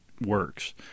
works